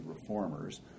reformers